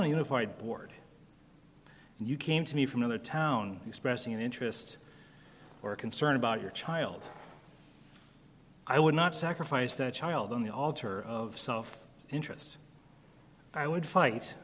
a unified board and you came to me from the town expressing an interest or concern about your child i would not sacrifice a child on the altar of self interest i would fight